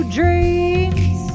dreams